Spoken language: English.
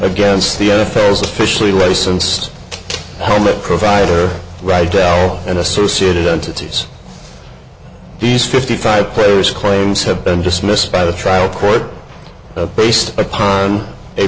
against the n f l is officially licensed helmet provider right del and associated entities these fifty five players claims have been dismissed by the trial court based upon a